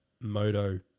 Moto